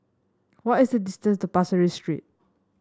what is the distance to Pasir Ris Street